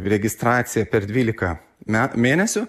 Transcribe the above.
registraciją per dvylika me mėnesių